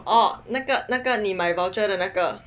orh 那个那个你买 voucher 的那个